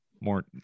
more